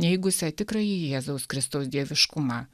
neigusią tikrąjį jėzaus kristaus dieviškumą